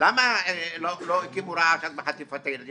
למה לא הקימו רעש אז בחטיפת הילדים?